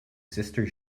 sister